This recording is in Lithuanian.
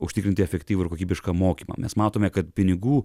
užtikrinti efektyvų ir kokybišką mokymą mes matome kad pinigų